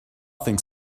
think